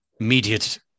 immediate